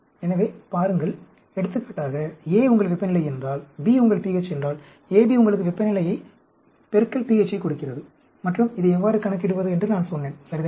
எனவே பாருங்கள் எடுத்துக்காட்டாக A உங்கள் வெப்பநிலை என்றால் B உங்கள் pH என்றால் AB உங்களுக்கு வெப்பநிலையை பெருக்கல் pH யைக் கொடுக்கிறது மற்றும் இதை எவ்வாறு கணக்கிடுவது என்று நான் சொன்னேன் சரிதானே